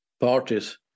parties